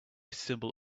symbol